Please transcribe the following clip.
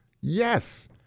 Yes